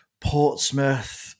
Portsmouth